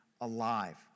alive